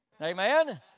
Amen